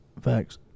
Facts